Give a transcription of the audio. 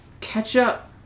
Ketchup